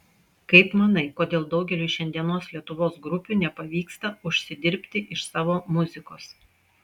kaip manai kodėl daugeliui šiandienos lietuvos grupių nepavyksta užsidirbti iš savo muzikos